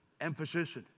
emphasis